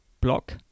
block